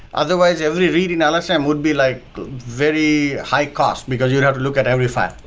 otherwise, every read in lsm would be like very high cost, because you'd have to look at every file.